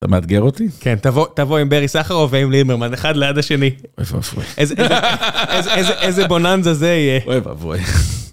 אתה מאתגר אותי? כן, תבוא עם ברי סחרוף ועם ליאי מרמן, אחד ליד השני. אוי ואבוי איזה בוננזה זה יהיה. איפה איפה?